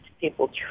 people